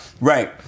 Right